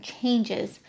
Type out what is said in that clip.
changes